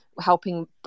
helping